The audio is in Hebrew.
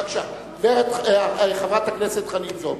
בבקשה, חברת הכנסת חנין זועבי.